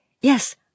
Yes